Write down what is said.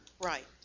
right